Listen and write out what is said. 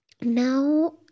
now